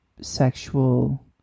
sexual